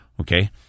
Okay